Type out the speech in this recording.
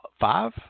five